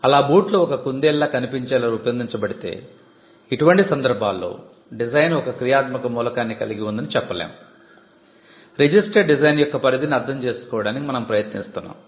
అలా బూట్లు ఒక కుందేలులా కనిపించేలా రూపొందించబడితే ఇటువంటి సందర్భాల్లో డిజైన్ ఒక క్రియాత్మక మూలకాన్ని కలిగి ఉందని చెప్పలేము రిజిస్టర్డ్ డిజైన్ యొక్క పరిధిని అర్థం చేసుకోవడానికి మనం ప్రయత్నిస్తున్నాం